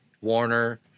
Warner